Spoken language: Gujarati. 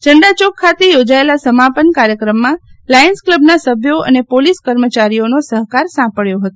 ઝંડાચોક ખાતે યોજાયેલા સમાપન કાર્યક્રમમાં લાયન્સ કલબના સભ્યો અને પોલીસ કર્મચારીઓનો સફકાર સાંપડયો હતો